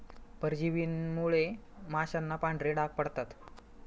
परजीवींमुळे माशांना पांढरे डाग पडतात